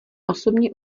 osobně